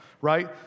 right